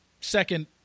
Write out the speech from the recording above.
second